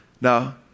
Now